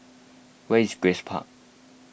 where is Grace Park